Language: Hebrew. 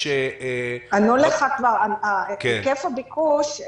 היקף הביקוש,